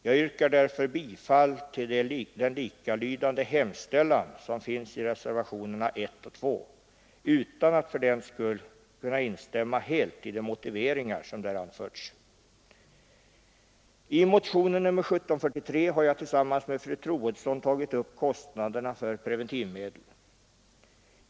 Jag yrkar därför bifall till den likalydande hemställan som finns i reservationerna 1 och 2 utan att fördenskull kunna instämma helt i de motiveringar som där anförs. I motionen 1743 har jag tillsammans med fru Troedsson tagit upp kostnaderna för preventivmedel.